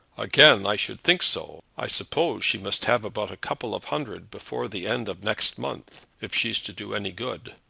again! i should think so. i suppose she must have about a couple of hundred before the end of next month if she's to do any good.